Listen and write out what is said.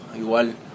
igual